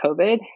COVID